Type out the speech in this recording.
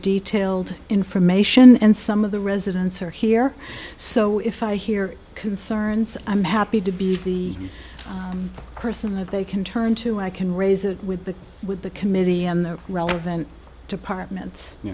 detailed information and some of the residents are here so if i hear concerns i'm happy to be a person that they can turn to i can raise it with the with the committee and the relevant departments you